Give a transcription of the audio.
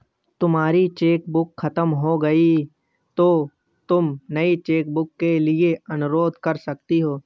तुम्हारी चेकबुक खत्म हो गई तो तुम नई चेकबुक के लिए भी अनुरोध कर सकती हो